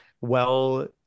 well-